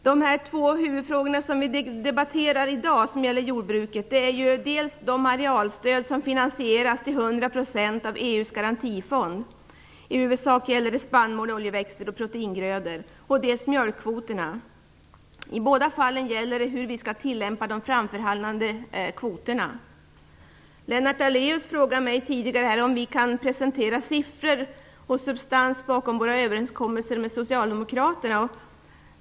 De två huvudfrågor som vi debatterar i dag när det gäller jordbruket är dels de arealstöd som finansieras till 100 % av EU:s garantifond - i huvudsak gäller det spannmål, oljeväxter och proteingrödor - dels mjölkkvoterna. I båda fallen gäller det hur vi skall tillämpa de framförhandlade kvoterna. Lennart Daléus frågade mig tidigare om vi kan presentera siffror och substans bakom våra överenskommelser med Socialdemokraterna.